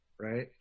right